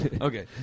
Okay